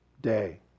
day